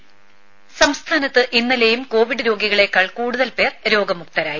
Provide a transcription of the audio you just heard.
voice ദേഴ സംസ്ഥാനത്ത് ഇന്നലെയും കോവിഡ് രോഗികളേക്കാൾ കൂടുതൽ പേർ രോഗമുക്തരായി